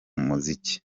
muziki